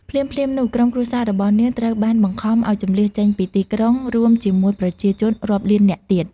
ភ្លាមៗនោះ ក្រុមគ្រួសាររបស់នាងត្រូវបានបង្ខំឲ្យជម្លៀសចេញពីទីក្រុង រួមជាមួយប្រជាជនរាប់លាននាក់ទៀត។